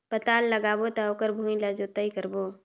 पातल लगाबो त ओकर भुईं ला जोतई करबो?